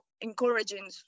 encouraging